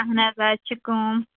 اہن حظ آز چھِ کٲم